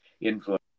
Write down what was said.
influence